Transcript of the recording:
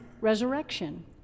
resurrection